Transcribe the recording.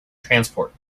transport